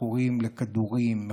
מכורים לכדורים,